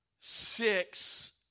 six